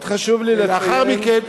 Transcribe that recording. מאוד חשוב לי לציין,